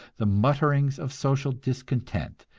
the mutterings of social discontent,